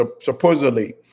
supposedly